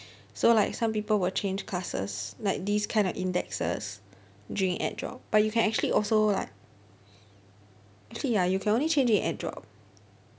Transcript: so like some people will change classes like these kind of indexes during add drop but you can actually also like actually ya you can only change in add drop